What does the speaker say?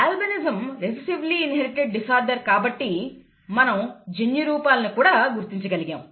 albinism recessively inherited disorder కాబట్టి మనం జన్యురూపాలను కూడా గుర్తించగలిగాము